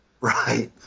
Right